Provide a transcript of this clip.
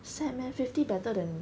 sad meh fifty better than